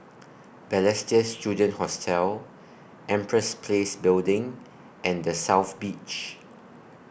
Balestier Student Hostel Empress Place Building and The South Beach